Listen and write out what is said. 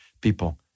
people